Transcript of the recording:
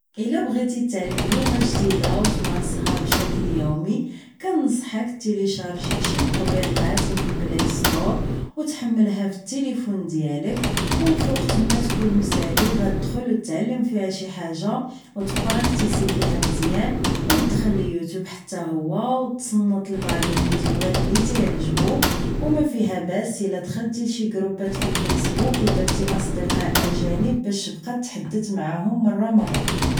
الا بغيتي تتعلم لغه جديده وتمارسها بشكل يومي كنصحك شارجي شي التطبيقات من بلاي ستور وتحملها في التيليفون ديالك. وفي وقت ما تكون مسالي غتدخل وتتعلم فيها شي حاجه وتبرع فيها مزيان ودخلي يوتوب حتى هو وتصنت لي بعض الفيديوات اللي تعجبك وما فيها باس الا دخلت لشي جروبات فالفيسبوك ودرت اصدقاء اجانب باش تبقا تتحدث معهم مره مره